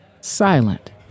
silent